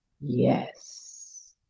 Yes